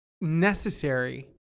necessary